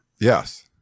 Yes